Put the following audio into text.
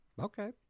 Okay